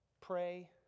Pray